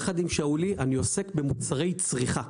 יחד עם שאולי אני עוסק במוצרי צריכה.